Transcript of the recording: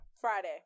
Friday